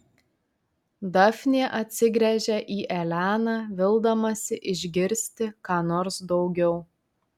dafnė atsigręžia į eleną vildamasi išgirsti ką nors daugiau